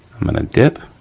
i'm gonna dip